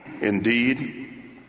Indeed